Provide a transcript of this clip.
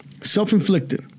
Self-inflicted